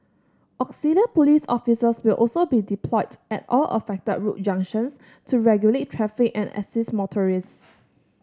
auxiliary police officers will also be deployed at all affected road junctions to regulate traffic and assist motorists